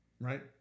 Right